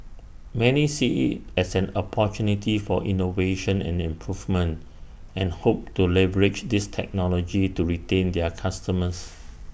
many see IT as an opportunity for innovation and improvement and hope to leverage this technology to retain their customers